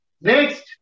Next